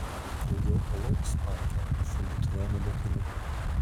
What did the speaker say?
daugiau alaus panke šaldytuve nebeturiu